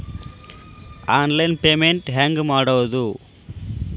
Online payment ಹೆಂಗ್ ಮಾಡೋದು?